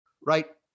right